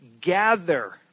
Gather